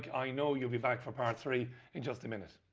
i know you'll be back for part three in just a minute.